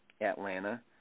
Atlanta